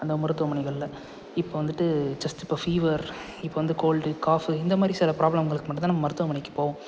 அந்த மருத்துவமனைகளில் இப்போ வந்துவிட்டு ஜஸ்ட்டு இப்போ ஃபீவர் இப்போ வந்து கோல்டு காஃபு இந்த மாதிரி சில ப்ராப்ளம் அவங்களுக்கு மட்டும்தான் நம்ப மருத்துவமனைக்கு போவோம்